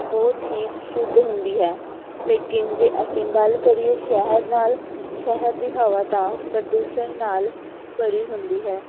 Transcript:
ਬਹੁਤ ਹੀ ਸ਼ੁੱਧ ਹੁੰਦੀ ਹੈ ਲੇਕਿਨ ਜੇ ਅਸੀਂ ਗੱਲ ਕਰੀਏ ਸ਼ਹਿਰ ਨਾਲ ਸ਼ਹਿਰ ਦੀ ਹਵਾ ਤਾਂ ਪ੍ਰਦੂਸ਼ਣ ਨਾਲ ਭਰੀ ਹੁੰਦੀ ਹੈ